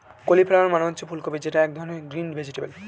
cauliflower মানে হচ্ছে ফুলকপি যেটা এক ধরনের গ্রিন ভেজিটেবল